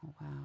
Wow